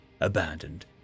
abandoned